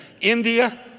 India